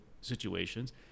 situations